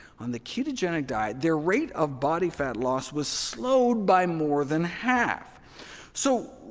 on the ketogenic diet, their rate of body fat loss was slowed by more than half so,